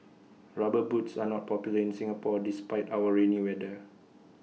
rubber boots are not popular in Singapore despite our rainy weather